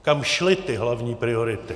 Kam šly hlavní priority?